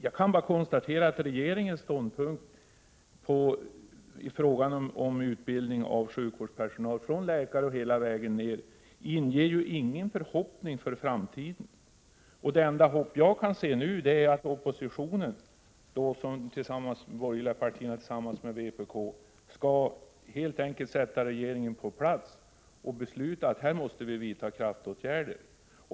Jag kan bara konstatera att regeringens ståndpunkt i fråga om utbildning av sjukvårdspersonal — från läkare och hela vägen ned — inte inger några förhoppningar inför framtiden. Det enda jag kan se nu är att oppositionen — de borgerliga partierna tillsammans med vpk — helt enkelt sätter regeringen på plats och beslutar att det måste vidtas kraftåtgärder.